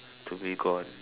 to be gone